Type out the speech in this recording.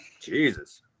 Jesus